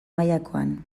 mailakoan